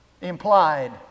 Implied